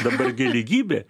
dabar gi lygybė